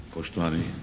poštovani